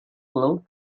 cloth